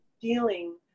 feeling